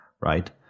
Right